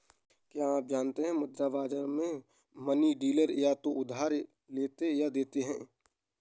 क्या आप जानते है मुद्रा बाज़ार में मनी डीलर या तो उधार लेते या देते है?